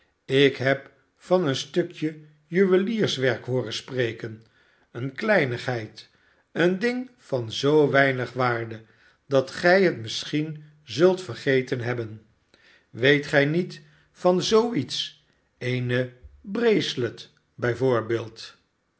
ik heb van een stukje juwelierswerk hooren spreken eene kleinigheid een ding van zoo weinig waarde dat gij het misschien zult vergeten hebben weet gij niet van zoo iets eene bracelet bij voorbeeld